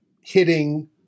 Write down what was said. hitting